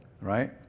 right